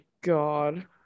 God